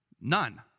None